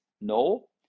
No